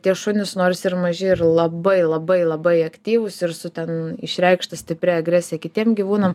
tie šunys nors ir maži yra labai labai labai aktyvūs ir su ten išreikšta stipria agresija kitiem gyvūnam